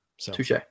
Touche